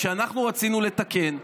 כשאנחנו רצינו לתקן,